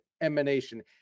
emanation